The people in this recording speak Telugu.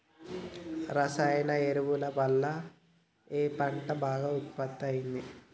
రసాయన ఎరువుల వల్ల ఏ పంట బాగా ఉత్పత్తి అయితది?